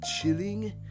chilling